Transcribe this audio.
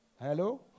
hello